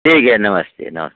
ठीक है नमस्ते